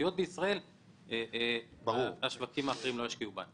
ובתשתיות בישראל השווקים האחרים לא ישקיעו בנו.